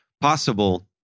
possible